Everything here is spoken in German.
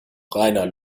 reiner